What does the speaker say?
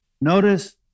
Notice